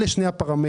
אלה שני הפרמטרים.